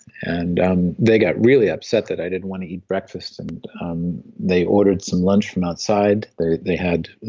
and um they got really upset that i didn't want to eat breakfast, and um they ordered some lunch from outside, they they had.